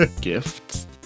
Gifts